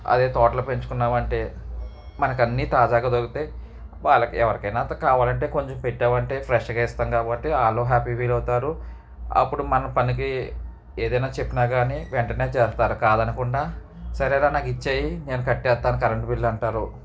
అదే తోటలో పెంచుకున్నాం అంటే మనకు అన్నీ తాజాగా దొరుకుతాయి వాళ్ళకి ఎవరికైనా అంత కావాలంటే కొంత పెట్టామంటే ఫ్రెష్గా ఇస్తాం కాబట్టి వాళ్ళు హ్యాపీ ఫీల్ అవుతారు అప్పుడు మన పనికి ఏదైనా చెప్పినా కానీ వెంటనే చేస్తారు కాదు అనకుండా సరేరా నాకిచ్చేయి నేను కట్టేస్తాను కరెంట్ బిల్లు అంటారు